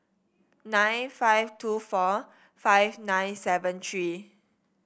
nine five two four five nine seven three